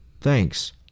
Thanks